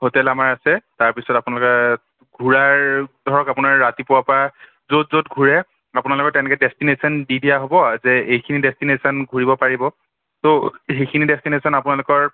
hotel আমাৰ আছে তাৰপিছত আপোনালোকে ঘূৰাৰ ধৰক আপোনাৰ ৰাতিপুৱাৰ পৰা য'ত য'ত ঘূৰে আপোনালোকৰ তেনেকৈ ডেষ্টিনেশ্যন দি দিয়া হ'ব যে এইখিনি ডেষ্টিনেশ্যন ঘূৰিব পাৰিব ত' সেইখিনি ডেষ্টিনেশ্যন আপোনালোকৰ